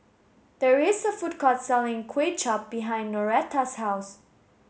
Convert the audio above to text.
there is a food court selling Kway Chap behind Noreta's house